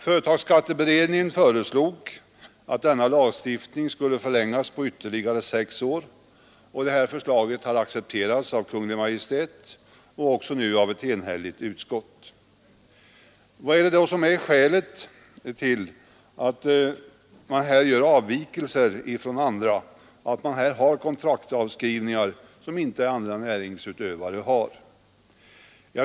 Företagsskatteberedningen föreslog att denna lagstiftning skulle förlängas på ytterligare sex år. Det förslaget har accepterats av Kungl. Maj:t och också nu av ett enhälligt utskott. Vad är då skälet till denna avvikelse, att man här har en rätt att göra avskrivningar som inte andra näringsutövare har?